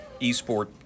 eSport